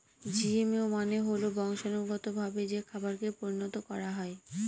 GMO মানে হল বংশানুগতভাবে যে খাবারকে পরিণত করা হয়